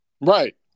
Right